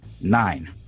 nine